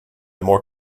more